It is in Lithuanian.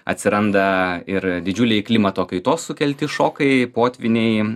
atsiranda ir didžiuliai klimato kaitos sukelti šokai potvyniai